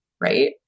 Right